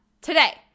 today